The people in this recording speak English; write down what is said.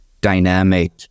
dynamic